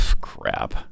Crap